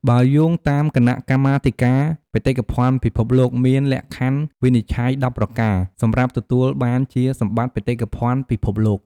បើយោងតាមគណៈកម្មាធិការបេតិកភណ្ឌពិភពលោក មានលក្ខខណ្ឌវិនិច្ឆ័យ១០ប្រការ សម្រាប់ទទួលបានជាសម្បត្តិ បេតិកភណ្ឌពិភពលោក។